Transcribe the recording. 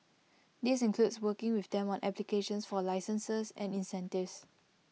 this includes working with them on applications for licenses and incentives